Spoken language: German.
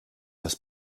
das